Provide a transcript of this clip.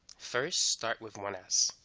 first start with one s